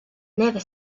never